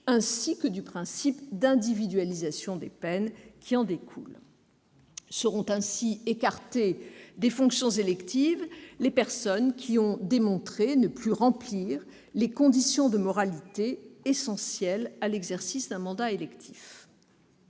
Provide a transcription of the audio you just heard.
1789 et du principe d'individualisation des peines, qui en découle. Seront ainsi écartées des fonctions électives les personnes qui ont démontré qu'elles ne remplissent plus les conditions de moralité essentielles à l'exercice d'un mandat électif.